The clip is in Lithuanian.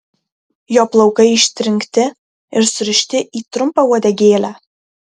jo plaukai ištrinkti ir surišti į trumpą uodegėlę